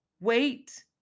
Wait